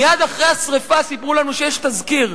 מייד אחרי השרפה סיפרו לנו שיש תזכיר.